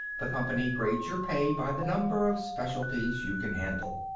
the company grades your pay by the number of specialties you can handle.